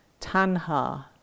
Tanha